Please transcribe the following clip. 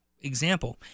example